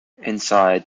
inside